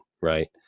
right